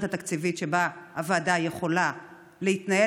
התקציבית שבה הוועדה יכולה להתנהל,